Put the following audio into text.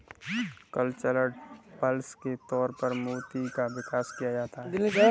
cultured pearls के तौर पर मोती का विकास किया जाता है